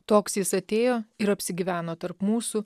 toks jis atėjo ir apsigyveno tarp mūsų